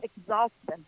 exhausting